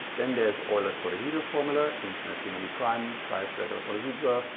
then there's euler's polyhedra formula, infinitely many primes, five regular polyhedra,